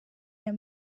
aya